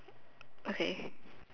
okay